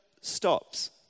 stops